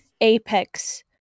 Apex